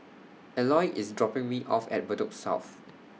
Eloy IS dropping Me off At Bedok South